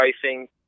pricing